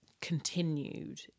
continued